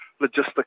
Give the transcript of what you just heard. logistics